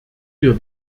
wir